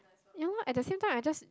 ya loh at the same time I just